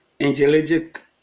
angelic